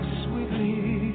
sweetly